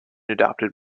adopted